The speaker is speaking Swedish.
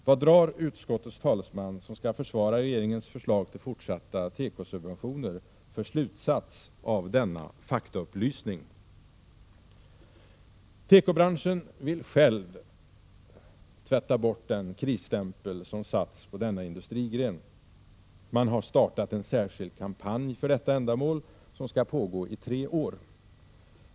Vad drar utskottets talesman, som skall försvara regeringens förslag till fortsatta tekosubventioner, för slutsats av denna faktaupplysning? Tekobranschen vill själv tvätta bort den krisstämpel som satts på denna industrigren. Man har startat en särskild kampanj för detta ändamål, som skall pågå i tre år.